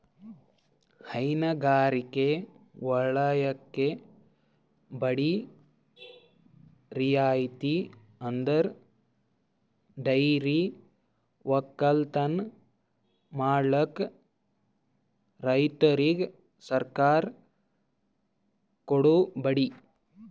ಹೈನಗಾರಿಕೆ ವಲಯಕ್ಕೆ ಬಡ್ಡಿ ರಿಯಾಯಿತಿ ಅಂದುರ್ ಡೈರಿ ಒಕ್ಕಲತನ ಮಾಡ್ಲುಕ್ ರೈತುರಿಗ್ ಸರ್ಕಾರ ಕೊಡೋ ಬಡ್ಡಿ